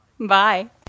Bye